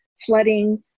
flooding